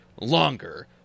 longer